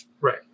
Right